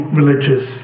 religious